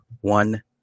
one